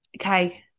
Okay